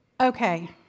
Okay